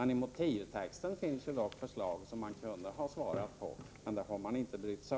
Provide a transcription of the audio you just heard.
I motivtexten finns det dock förslag som man kunde ha svarat på, men det har man inte brytt sig